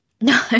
No